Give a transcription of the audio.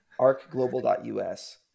arcglobal.us